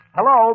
Hello